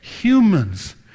humans